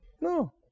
no